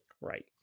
Right